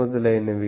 మొదలైనవి